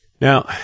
Now